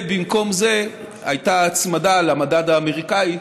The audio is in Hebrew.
ובמקום זה הייתה הצמדה למדד האמריקני,